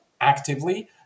actively